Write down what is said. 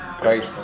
great